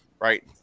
right